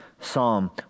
psalm